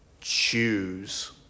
choose